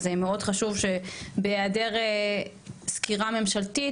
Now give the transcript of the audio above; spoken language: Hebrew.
זה מאוד חשוב שבהיעדר סקירה ממשלתית